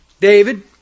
David